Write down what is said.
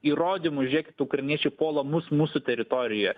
įrodymų žiūrėkit ukrainiečiai puola mus mūsų teritorijoje